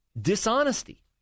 dishonesty